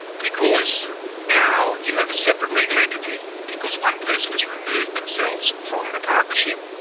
because now you have a separate legal entity, because one person has removed themselves from the partnership.